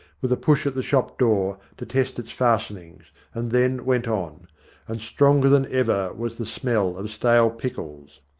with a push at the shop-door, to test its fastenings, and then went on and stronger than ever was the smell of stale pickles.